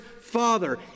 Father